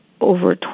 over